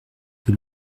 que